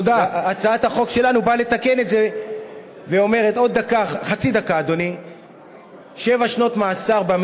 הצעת החוק שלנו באה לתקן את זה ואומרת: עונש מרבי של שבע שנות מאסר,